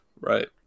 Right